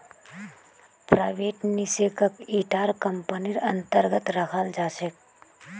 private निवेशकक इटा कम्पनीर अन्तर्गत रखाल जा छेक